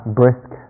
brisk